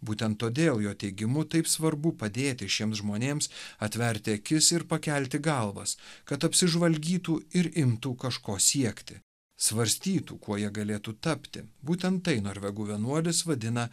būtent todėl jo teigimu taip svarbu padėti šiems žmonėms atverti akis ir pakelti galvas kad apsižvalgytų ir imtų kažko siekti svarstytų kuo jie galėtų tapti būtent tai norvegų vienuolis vadina